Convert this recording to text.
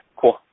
cool